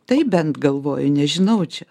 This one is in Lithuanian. tai bent galvoju nežinau čia